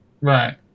Right